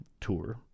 Tour